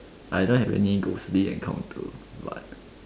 I don't have any ghostly encounter but